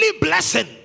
blessing